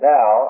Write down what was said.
Now